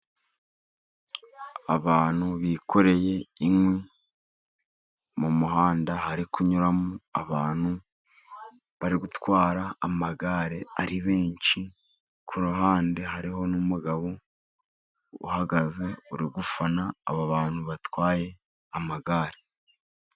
Abantu bikoreye inkwi, mu muhanda hari kunyuramo abantu bari gutwara amagare ari benshi, ku ruhande hariho n'umugabo uhagaze uri gufana aba bantu batwaye amagare.